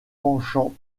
penchant